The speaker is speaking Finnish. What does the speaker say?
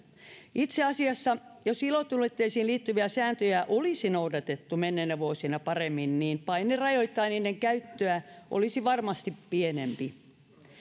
itse asiassa jos ilotulitteisiin liittyviä sääntöjä olisi noudatettu menneinä vuosina paremmin niin paine rajoittaa niiden käyttöä olisi varmasti pienempi